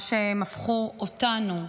מה שהם הפכו אותנו.